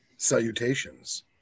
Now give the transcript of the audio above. salutations